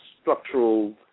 structural